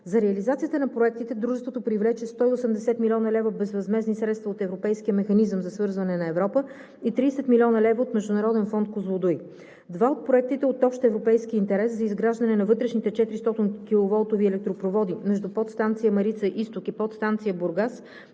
За реализацията на проектите дружеството привлече 180 млн. лв. безвъзмездни средства от Европейския механизъм за свързване на Европа и 30 млн. лв. от Международен фонд „Козлодуй“. Два от проектите от общ европейски интерес за изграждане на вътрешните 400-киловолтови електропроводи между Подстанция „Марица изток“ и Подстанция „Бургас“